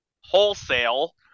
wholesale